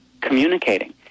communicating